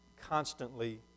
constantly